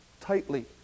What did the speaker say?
tightly